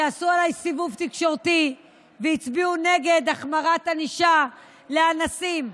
שעשתה עליי סיבוב תקשורתי והצביעה נגד החמרת ענישה לאנסים.